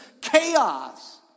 chaos